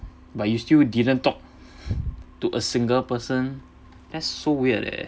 but you still didn't talk to a single person that's so weird eh